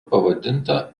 pavadinta